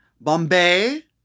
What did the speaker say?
Bombay